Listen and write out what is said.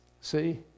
see